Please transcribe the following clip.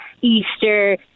Easter